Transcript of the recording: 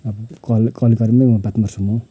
अब कल कल गरेर नै म बात मार्छु म